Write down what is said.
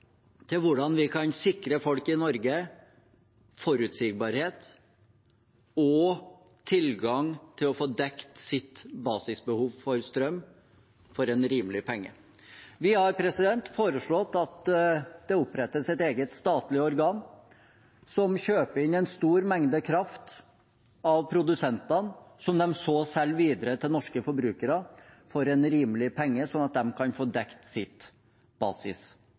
til hvordan vi kan sikre folk i Norge forutsigbarhet og tilgang til å få dekket sitt basisbehov for strøm for en rimelig penge. Vi har foreslått at det opprettes et eget statlig organ som kjøper inn en stor mengde kraft av produsentene, som de så selger videre til norske forbrukere for en rimelig penge sånn at de kan få dekket sitt